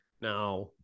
Now